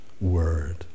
word